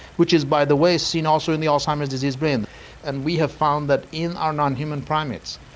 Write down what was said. which is, by the way, seen also in the alzheimer's disease brain and we have found that in our non-human primates.